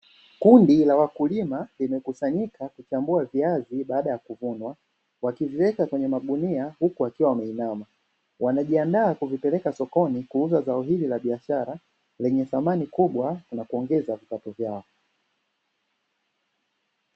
Kundi la wakulima limekusanyika kuchamba viazi baada ya kuvunwa , wakiviweka kwenye magunia huku wakiwa wameinama. Wanajiandaa kuvipeleka sokoni kuuza zao hili la biashara lenye thamani kubwa na kuongeza vipato vyao.